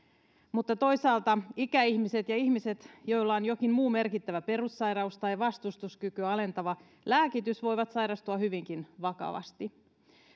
mutta toisaalta ikäihmiset ja ihmiset joilla on jokin muu merkittävä perussairaus tai vastustuskykyä alentava lääkitys voivat sairastua hyvinkin vakavasti